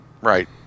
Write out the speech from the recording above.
Right